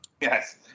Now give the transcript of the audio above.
Yes